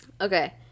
Okay